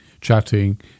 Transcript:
chatting